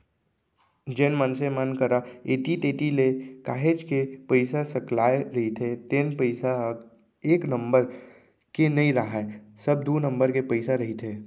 जेन मनसे मन करा ऐती तेती ले काहेच के पइसा सकलाय रहिथे तेन पइसा ह एक नंबर के नइ राहय सब दू नंबर के पइसा रहिथे